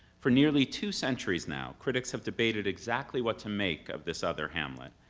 for nearly two centuries now, critics have debated exactly what to make of this other hamlet,